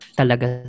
talaga